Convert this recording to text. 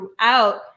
throughout